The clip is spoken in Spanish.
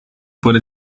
por